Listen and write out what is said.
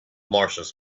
martians